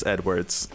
Edwards